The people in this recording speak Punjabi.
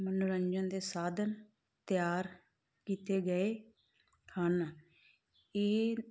ਮਨੋਰੰਜਨ ਦੇ ਸਾਧਨ ਤਿਆਰ ਕੀਤੇ ਗਏ ਹਨ ਇਹ